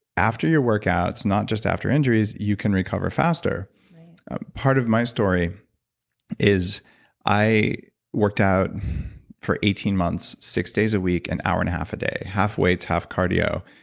after your workouts, not just after injuries, you can recover faster right ah part of my story is i worked out for eighteen months, six days a week, an hour and a half a day half weights, half cardio.